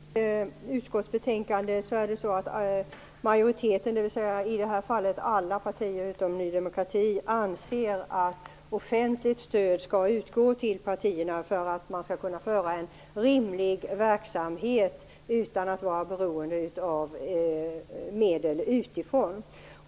Herr talman! I utskottsbetänkandet anser majoriteten, dvs. i det här fallet alla partier utom Ny demokrati, att offentligt stöd skall utgå till partierna för att de skall kunna ha en rimlig verksamhet utan att vara beroende av medel utifrån.